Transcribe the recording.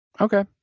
Okay